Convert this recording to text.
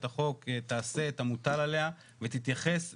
החוק תעשה את המוטל עליה ותתייחס ברצינות,